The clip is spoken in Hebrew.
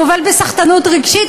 זה גובל בסחטנות רגשית,